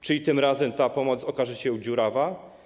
Czy i tym razem ta pomoc okaże się dziurawa?